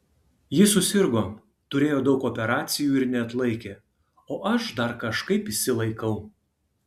ji susirgo turėjo daug operacijų ir neatlaikė o aš dar kažkaip išsilaikau